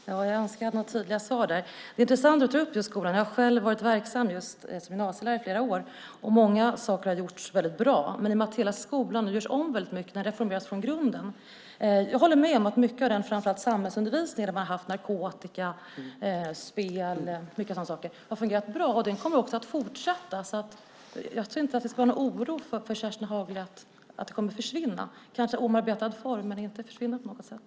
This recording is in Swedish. Herr talman! Jag önskar att jag hade tydliga svar på det. Det är intressant att Kerstin Haglö tog upp skolan. Jag har varit verksam som gymnasielärare i flera år, och många saker har gjorts väldigt bra. Men nu görs hela skolan om; den reformeras från grunden. Jag håller med om att mycket av framför allt samhällsundervisningen, där man tagit upp narkotika, spel och sådant, fungerat bra, och den kommer att fortsätta. Jag tror därför inte att Kerstin Haglö behöver vara orolig för att detta kommer att försvinna. Kanske sker det i omarbetad form, men det försvinner inte på något sätt.